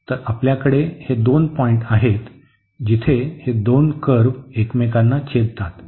तर आपल्याकडे हे दोन पॉईंट आहेत जिथे हे दोन कर्व्ह एकमेकांना छेदतात